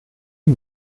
est